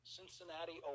Cincinnati